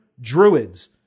Druids